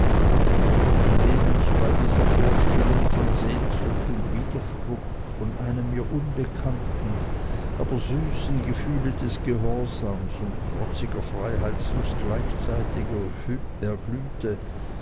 indem ich bei dieser vorstellung von sehnsucht und widerspruch von einem mir unbekannten aber süßen gefühle des gehorsams und trotziger freiheitslust gleichzeitig erglühte